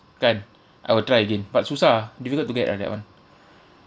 chance I will try again but susah ah difficult to get ah that [one]